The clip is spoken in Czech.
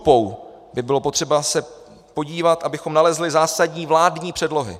Lupou by bylo potřeba se podívat, abychom nalezli zásadní vládní předlohy.